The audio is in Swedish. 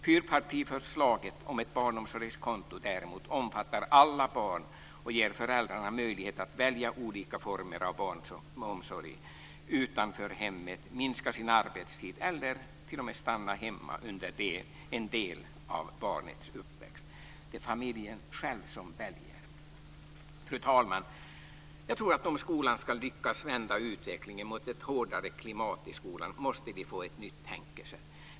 Fyrpartiförslaget om ett barnomsorgskonto däremot omfattar alla barn och ger föräldrarna möjlighet att välja olika former av barnomsorg utanför hemmet, minska sin arbetstid eller t.o.m. stanna hemma under en del av barnets uppväxt. Det är familjen själv som väljer. Fru talman! Jag tror att om skolan ska lyckas vända utvecklingen från ett hårdare klimat i skolan måste vi få ett nytt tänkesätt.